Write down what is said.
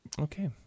Okay